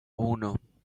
uno